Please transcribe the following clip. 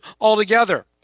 altogether